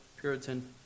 Puritan